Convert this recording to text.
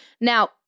Now